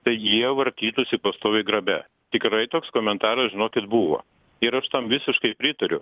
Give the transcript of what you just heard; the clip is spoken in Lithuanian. tai jie vartytųsi pastoviai grabe tikrai toks komentaras žinokit buvo ir aš tam visiškai pritariu